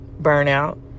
burnout